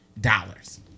Dollars